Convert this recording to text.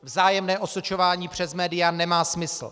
Vzájemné osočování přes média nemá smysl.